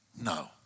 No